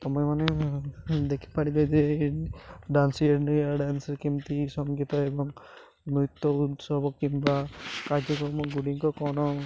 ତୁମେମାନେ ଦେଖିପାରିବେ ଯେ ଡାନ୍ସ ଇଣ୍ଡିଆ ଡାନ୍ସରେ କେମିତି ସଙ୍ଗୀତ ଏବଂ ନୃତ୍ୟ ଉତ୍ସବ କିମ୍ବା କାର୍ଯ୍ୟକ୍ରମ ଗୁଡ଼ିକ କ'ଣ